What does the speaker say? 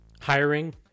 hiring